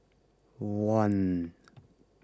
one